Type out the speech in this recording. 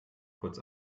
kurz